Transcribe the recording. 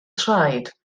traed